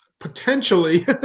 potentially